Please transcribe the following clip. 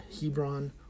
Hebron